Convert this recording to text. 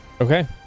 Okay